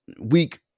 weak